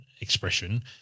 expression